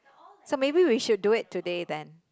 so maybe we should do it today then